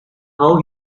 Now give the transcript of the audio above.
how